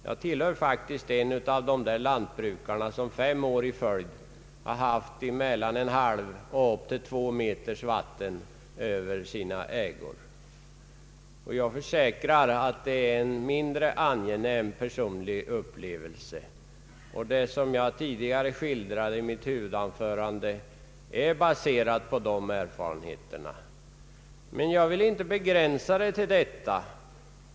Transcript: Jag tillhör nämligen en av de där lantbrukarna som fem år i följd har haft mellan en halv och upp till två meter vatten över sina ägor, och jag försäkrar att det är en mindre angenäm personlig upplevelse. Vad jag tidigare skildrade i mitt huvudanförande är baserat på de erfarenheterna. Jag vill dock inte begränsa debatten till detta.